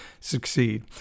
succeed